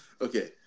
okay